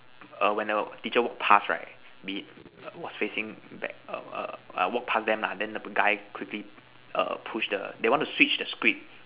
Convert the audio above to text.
err when the teacher walk past right was facing back err err walk past them lah then the guy quickly err push the they want to Switch the script